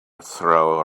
throw